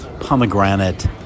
pomegranate